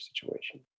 situation